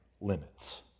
limits